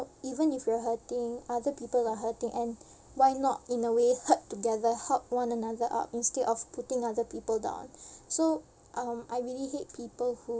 even if you're hurting other people are hurting and why not in a way hurt together help one another up instead of putting other people down so um I really hate people who